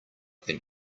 than